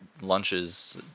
lunches